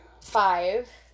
five